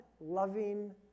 Loving